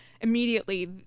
immediately